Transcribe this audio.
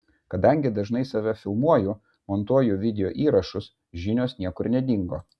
kadangi dažnai save filmuoju montuoju videoįrašus žinios niekur nedingo